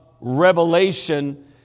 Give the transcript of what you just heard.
revelation